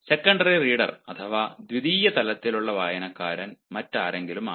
secondary reader അഥവാ ദ്വിതീയ തലത്തിലുള്ള വായനക്കാരൻ മറ്റാരെങ്കിലുമാകാം